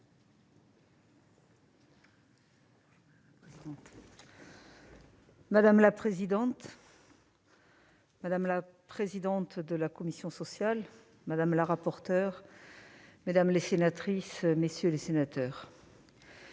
Madame la présidente, madame la présidente de la commission des affaires sociales, madame la rapporteure, mesdames les sénatrices, messieurs les sénateurs,